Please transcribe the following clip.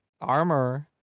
armor